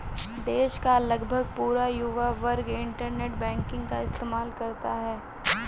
देश का लगभग पूरा युवा वर्ग इन्टरनेट बैंकिंग का इस्तेमाल करता है